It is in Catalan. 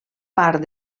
part